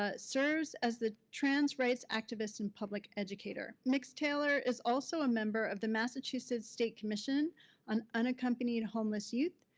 ah serves as the trans rights activist and public educator mix taylor is also a member of the massachusetts state commission on unaccompanied homeless youth,